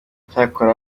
cyakora